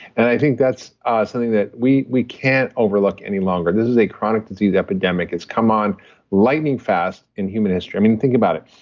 and i think that's ah something that we we can't overlook any longer. this is a chronic disease epidemic. it's come on lightning fast in human history. i mean, think about it.